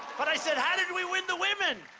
but i said, how did we win the women?